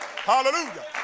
hallelujah